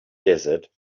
desert